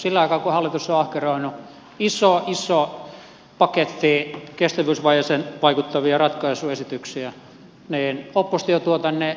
sillä aikaa kun hallitus on ahkeroinut iso iso paketti kestävyysvajeeseen vaikuttavia ratkaisuesityksiä niin oppositio tuo tänne vuoden takaiset paperit